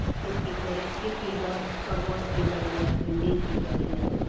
खेती करै छी की दर परबल की दर यऽ भिण्डी की दर यऽ